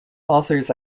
authors